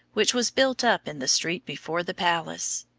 which was built up in the street before the palace.